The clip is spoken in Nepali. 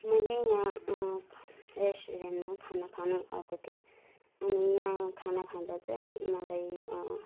मैले यहाँ रेस्टुरेन्टमा खाना खानु आएको थिएँ अनि यहाँ खाना खाँदा चाहिँ मलाई